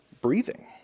breathing